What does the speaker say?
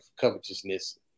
covetousness